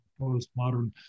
postmodern